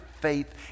faith